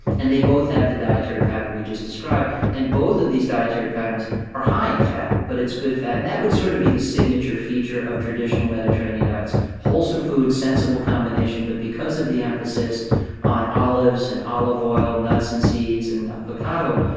and they both have the dietary pattern we just described and both of these dietary patterns are high in fat, but it's good fat. and that would sort of be the signature feature of traditional mediterranean diets wholesome food, sensible combination. but because of the emphasis on olives and olive oil, nuts and seeds and avocado,